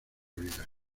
vida